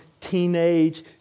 teenage